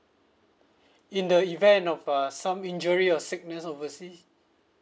in the event of uh some injury or sickness oversea